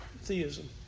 theism